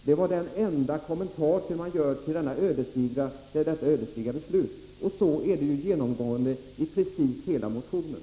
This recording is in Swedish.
Det är den enda kommentar ni gör till detta ödesdigra beslut, och så är det genomgående i precis hela motionen.